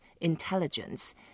intelligence